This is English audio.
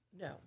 No